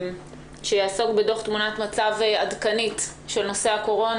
שיעסוק בדוח תמונת מצב עדכנית של נושא הקורונה.